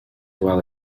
well